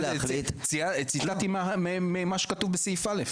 להחליט --- אני ציטטתי ממה שכתוב בסעיף (א).